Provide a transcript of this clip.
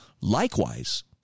Likewise